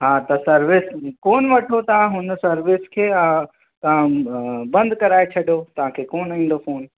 हा त सर्विस कोन वठो तव्हां हुन सर्विस खे तव्हां बंदि कराए छॾियो तव्हांखे कोन ईंदो फ़ोन